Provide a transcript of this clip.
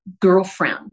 girlfriend